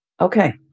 Okay